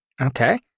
Okay